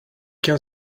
can